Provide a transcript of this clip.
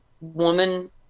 woman